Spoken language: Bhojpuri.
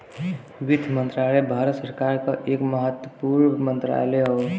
वित्त मंत्रालय भारत सरकार क एक महत्वपूर्ण मंत्रालय हौ